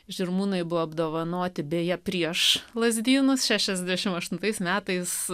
žirmūnai buvo apdovanoti beje prieš lazdynus šešiasdešim aštuntais metais